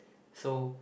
so